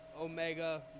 Omega